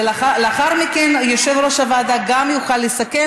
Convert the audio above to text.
ולאחר מכן יושב-ראש הוועדה גם יוכל לסכם,